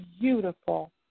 beautiful